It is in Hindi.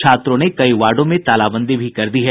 छात्रों ने कई वार्डो में तालाबंदी भी कर दी है